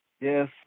Yes